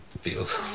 feels